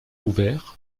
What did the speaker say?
ouvert